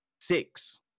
six